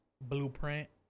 Blueprint